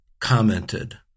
commented